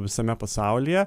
visame pasaulyje